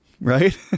Right